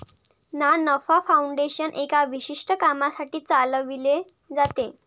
ना नफा फाउंडेशन एका विशिष्ट कामासाठी चालविले जाते